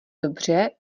dobře